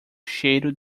cheiro